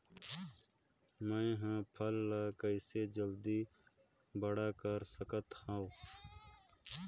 मैं ह फल ला कइसे जल्दी बड़ा कर सकत हव?